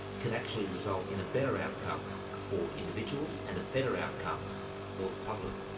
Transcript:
can actually result in a better outcome for individuals and a better outcome for the public.